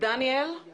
2020